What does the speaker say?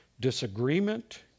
disagreement